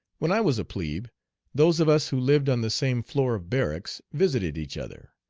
when i was a plebe those of us who lived on the same floor of barracks visited each other,